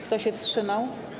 Kto się wstrzymał?